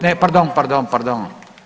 Ne, pardon, pardon, pardon.